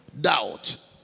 Doubt